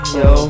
yo